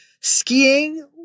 Skiing